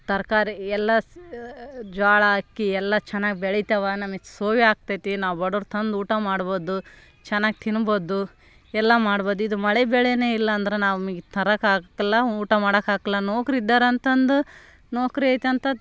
ತರಕಾರಿ ಎಲ್ಲ ಸಿ ಜೋಳ ಅಕ್ಕಿ ಎಲ್ಲ ಚೆನ್ನಾಗಿ ಬೆಳಿತಾವೆ ನಮಗೆ ಸೂವಿ ಆಗ್ತೈತಿ ನಾವು ಬಡವರು ತಂದು ಊಟ ಮಾಡಬೋದು ಚೆನ್ನಾಗಿ ತಿನಬೋದು ಎಲ್ಲ ಮಾಡಬೋದು ಇದು ಮಳೆ ಬೆಳೆಯೇ ಇಲ್ಲ ಅಂದ್ರೆ ನಮಗೆ ತರೋಕಾಕ್ತಿಲ್ಲ ಊಟ ಮಾಡೋಕಾಕ್ಲೇ ನೌಕರಿ ಇದಾರೆ ಅಂತಂದು ನೌಕರಿ ಐತಂತದು